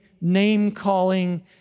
name-calling